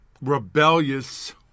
rebellious